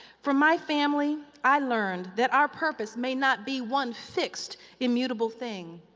from my family i learned that our purpose may not be one fixed immutable thing.